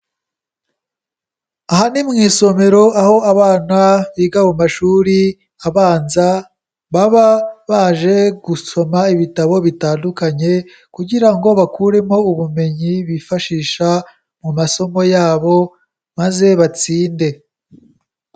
Aha ni mu isomero, aho abana biga mu mashuri abanza baba baje gusoma ibitabo bitandukanye kugira ngo bakuremo ubumenyi bifashisha mu masomo yabo maze batsinde.